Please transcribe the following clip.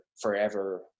forever